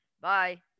bye